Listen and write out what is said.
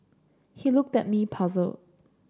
he looked at me puzzled